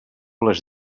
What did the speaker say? les